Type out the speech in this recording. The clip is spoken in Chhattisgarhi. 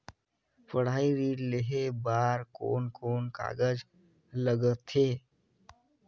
पढ़ाई ऋण लेहे बार कोन कोन कागज लगथे?